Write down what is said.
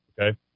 okay